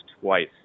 twice